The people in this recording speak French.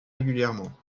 régulièrement